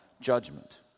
judgment